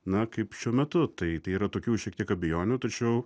na kaip šiuo metu tai tai yra tokių šiek tiek abejonių tačiau